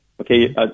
Okay